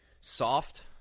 Soft